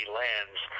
lands